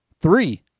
Three